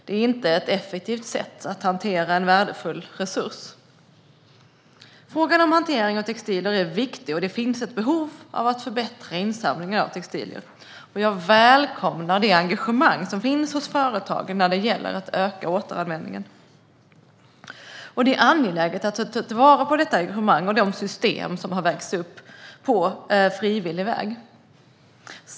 Det är inte ett effektivt sätt att hantera en värdefull resurs. Frågan om hanteringen av textilier är viktig, och det finns ett behov av att förbättra insamlingen av textilier. Jag välkomnar det engagemang som finns hos företagen när det gäller att öka återanvändningen. Det är angeläget att ta till vara detta engagemang och de system som har byggts upp på frivillig väg.